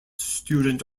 student